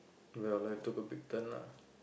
well life took a big turn lah